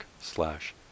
slash